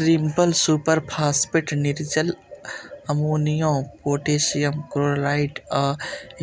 triple superphosphate, निर्जल ammonia, potassium chloride आ